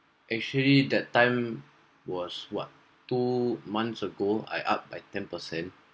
actually that time was what two months ago I up by ten percent